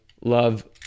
love